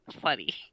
funny